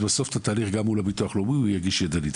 אז בסוף את התהליך גם מול הביטוח לאומי הוא יגיש ידנית.